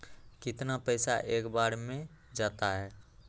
कितना पैसा एक बार में जाता है?